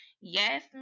yes